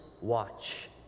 watch